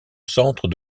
centre